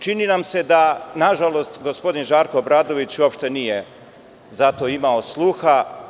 Čini nam se da nažalost, gospodin Žarko Obradović uopšte nije za to imao sluha.